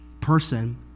person